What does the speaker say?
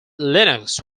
linux